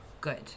good